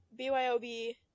BYOB